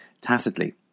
tacitly